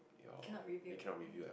cannot rebuild right